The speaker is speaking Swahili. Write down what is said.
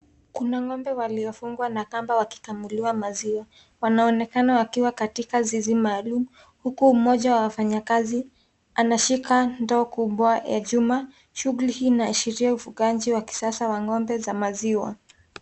Kuna ngombe waliofungwa na kamba wakikamuliwa maziwa wanaonekana wakiwa katika zizi maalum huku mmoja wa wafanyikazi anashika ndoo kubwa ya chuma, shuguli hii inaashiria ufugaji wa kisasa wa ngombe za maziwa.